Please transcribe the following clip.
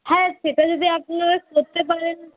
হ্যাঁ সেটা যদি আপনারা করতে পারেন